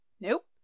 Nope